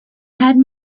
had